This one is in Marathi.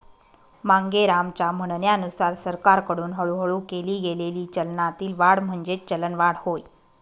मांगेरामच्या म्हणण्यानुसार सरकारकडून हळूहळू केली गेलेली चलनातील वाढ म्हणजेच चलनवाढ होय